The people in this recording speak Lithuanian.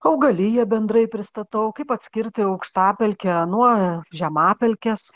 augaliją bendrai pristatau kaip atskirti aukštapelkę nuo žemapelkės